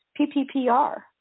PPPR